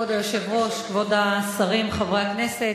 כבוד היושב-ראש, כבוד השרים, חברי הכנסת,